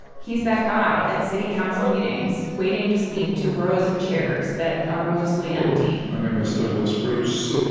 he's that guy at city council meetings waiting to speak to rows of chairs that are mostly empty my name is douglas bruce.